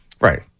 Right